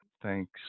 Thanks